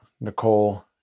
Nicole